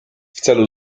celu